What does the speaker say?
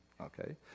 okay